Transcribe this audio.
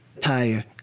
tire